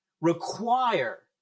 require